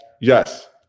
Yes